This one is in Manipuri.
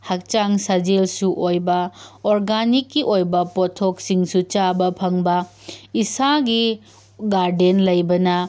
ꯍꯛꯆꯥꯡ ꯁꯥꯖꯦꯜꯁꯨ ꯑꯣꯏꯕ ꯑꯣꯔꯒꯥꯅꯤꯛꯀꯤ ꯑꯣꯏꯕ ꯄꯣꯠꯊꯣꯛꯁꯤꯡꯁꯨ ꯆꯥꯕ ꯐꯪꯕ ꯏꯁꯥꯒꯤ ꯒꯥꯔꯗꯦꯟ ꯂꯩꯕꯅ